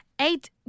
eight